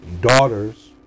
daughters